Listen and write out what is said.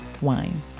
wine